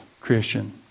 Christian